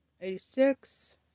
eighty-six